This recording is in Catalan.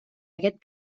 aquest